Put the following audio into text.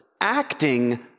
acting